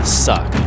suck